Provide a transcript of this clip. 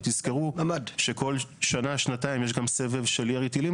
ותזכרו שכל שנה-שנתיים יש גם סבב של ירי טילים